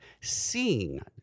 seeing